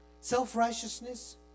Self-righteousness